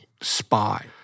spy